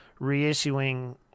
reissuing